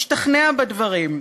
השתכנע בדברים.